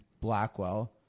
Blackwell